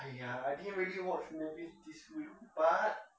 !aiya! I didn't really watch movies this week but